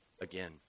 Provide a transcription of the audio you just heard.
again